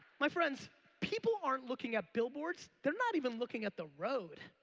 my friends people aren't looking at billboards. they're not even looking at the road